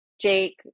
Jake